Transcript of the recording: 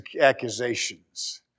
accusations